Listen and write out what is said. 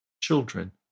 children